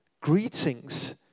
Greetings